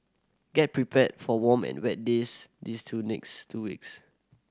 get prepared for warm and wet days these two next two weeks